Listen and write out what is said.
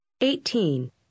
Eighteen